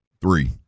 Three